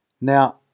Now